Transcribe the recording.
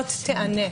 כזאת תיענה.